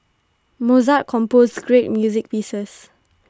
Mozart composed great music pieces